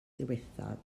ddiwethaf